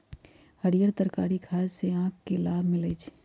हरीयर तरकारी खाय से आँख के लाभ मिलइ छै